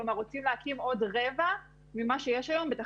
כלומר רוצים להקים בתחנות גז מזהמות עוד רבע ממה שיש היום.